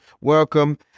Welcome